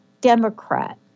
Democrat